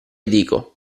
dico